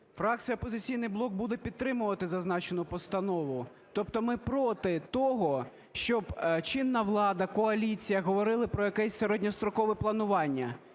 блок" буде підтримувати зазначену постанову. Тобто ми проти того, щоб чинна влада, коаліція говорили про якесь середньострокове планування.